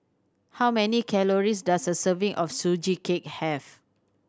how many calories does a serving of Sugee Cake have